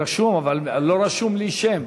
רשום, אבל לא רשום לי שם.